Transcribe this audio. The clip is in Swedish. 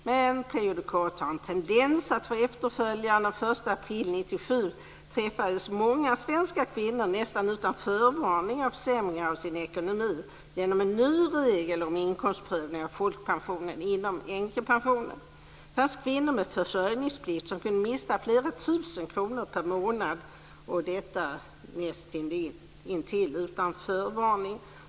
Men prejudikat har en tendens att få efterföljare, och den 1 april 1997 träffades många svenska kvinnor, nästan utan förvarning, av försämringar av sin ekonomi genom en ny regel om inkomstprövning av folkpensionen inom änkepensionen. Det fanns kvinnor med försörjningsplikt som miste flera tusen kronor per månad, och detta näst intill utan förvarning.